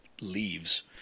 leaves